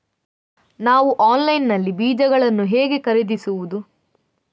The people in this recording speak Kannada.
ನಾವು ಆನ್ಲೈನ್ ನಲ್ಲಿ ಬೀಜಗಳನ್ನು ಹೇಗೆ ಖರೀದಿಸುವುದು?